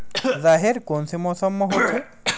राहेर कोन से मौसम म होथे?